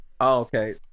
okay